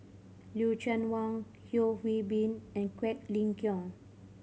Lucien Wang Yeo Hwee Bin and Quek Ling Kiong